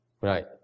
Right